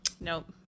Nope